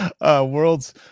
world's